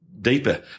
deeper